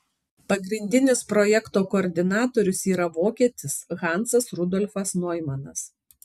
pagrindinis projekto koordinatorius yra vokietis hansas rudolfas noimanas